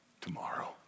tomorrow